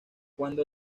cuando